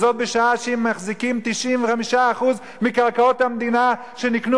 זאת בשעה שהם מחזיקים 95% מקרקעות המדינה שנקנו